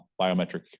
biometric